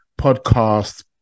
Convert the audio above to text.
podcast